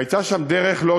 והייתה שם דרך-לא-דרך